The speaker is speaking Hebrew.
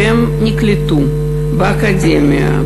שנקלטו באקדמיה,